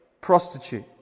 prostitute